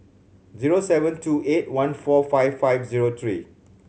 zero seven two eight one four five five zero three